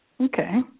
Okay